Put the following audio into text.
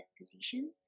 position